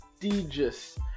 prestigious